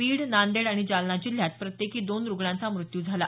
बीड नांदेड आणि जालना जिल्ह्यात प्रत्येकी दोन रुग्णांचा मृत्यू झाला